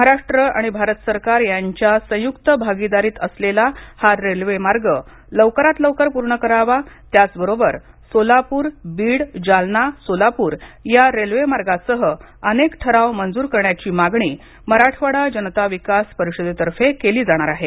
महाराष्ट्र आणि भारत सरकार यांच्या संयुक्त भागीदारीत असलेला हा रेल्वेमार्ग लवकरात लवकर पूर्ण करावा त्याचबरोबर सोलापूर बीड जालना सोलापुर या रेल्वे मार्गासह अनेक ठराव मंजुर करण्याची मागणी मराठवाडा जनता विकास परिषदेतर्फे केली जाणार आहे